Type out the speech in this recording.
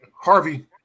Harvey